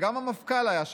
וגם המפכ"ל היה שם,